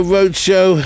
Roadshow